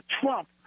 Trump